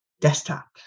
desktop